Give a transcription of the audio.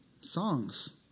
songs